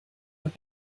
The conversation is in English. have